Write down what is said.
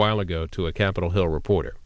while ago to a capitol hill reporter